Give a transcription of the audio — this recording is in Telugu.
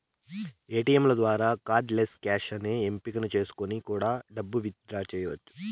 ఏటీయంల ద్వారా కార్డ్ లెస్ క్యాష్ అనే ఎంపిక చేసుకొని కూడా డబ్బు విత్ డ్రా చెయ్యచ్చు